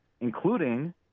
including—